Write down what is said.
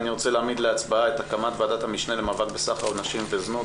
אני רוצה להעמיד להצבעה את הקמת ועדת המשנה למאבק בסחר בנשים וזנות,